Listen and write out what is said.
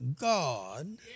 God